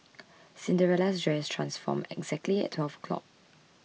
Cinderella's dress transformed exactly at twelve o'clock